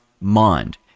mind